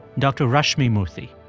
dr. rashmi murthy.